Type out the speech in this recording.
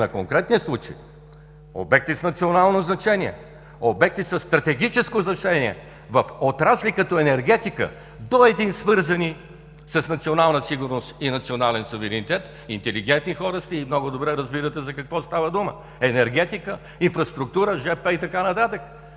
на конкретния случай – обекти с национално значение, обекти със стратегическо значение в отрасли като енергетика, до един свързани с национална сигурност и национален суверенитет, интелигентни хора сте и много добре разбирате за какво става дума – енергетика, инфраструктура, ж.п. и така нататък.